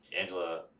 angela